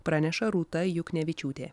praneša rūta juknevičiūtė